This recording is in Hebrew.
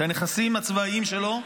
את הנכסים הצבאיים שלו,